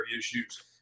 issues